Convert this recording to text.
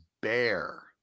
bear